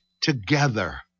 together